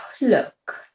look